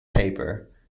paper